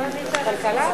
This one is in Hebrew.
כלכלה,